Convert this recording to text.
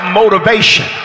motivation